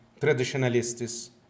traditionalists